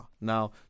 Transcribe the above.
now